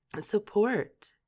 support